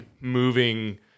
moving